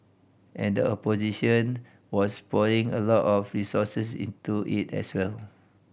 and the opposition was pouring a lot of resources into it as well